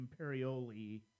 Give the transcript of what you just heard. Imperioli